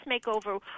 makeover